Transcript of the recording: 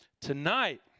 Tonight